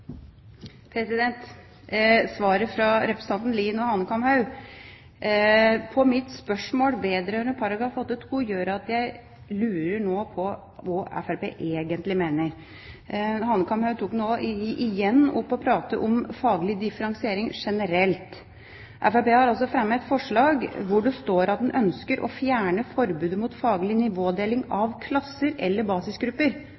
Svaret fra representanten Lien og Hanekamhaug på mitt spørsmål vedrørende § 8-2 gjør at jeg lurer på hva Fremskrittspartiet egentlig mener. Hanekamhaug tok det igjen opp og pratet om faglig differensiering generelt. Fremskrittspartiet har fremmet forslag hvor det står at man ønsker å fjerne forbudet mot faglig nivådeling